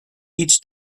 each